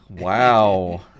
Wow